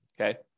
Okay